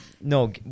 no